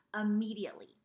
immediately